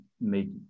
make